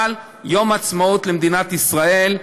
יום עצמאות למדינת ישראל,